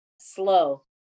slow